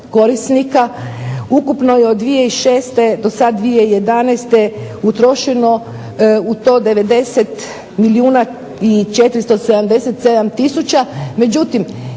korisnika. Ukupno od 2006. do 2011. utrošeno je u to 90 milijuna 477 tisuća. Međutim,